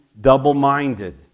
double-minded